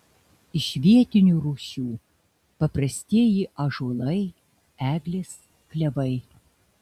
iš vietinių rūšių paprastieji ąžuolai eglės klevai